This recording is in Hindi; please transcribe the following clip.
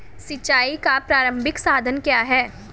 सिंचाई का प्रारंभिक साधन क्या है?